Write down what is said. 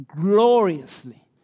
gloriously